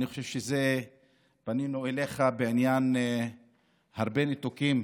אני חושב שפנינו אליך בעניין הרבה ניתוקים